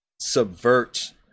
subvert